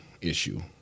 issue